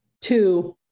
Two